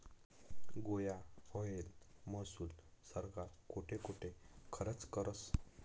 गोया व्हयेल महसूल सरकार कोठे कोठे खरचं करस?